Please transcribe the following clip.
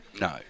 No